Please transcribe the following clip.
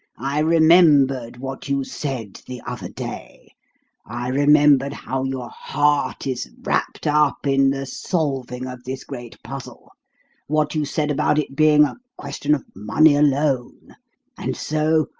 i remembered what you said the other day i remembered how your heart is wrapped up in the solving of this great puzzle what you said about it being a question of money alone and so,